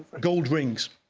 gold rings.